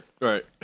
Right